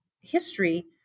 history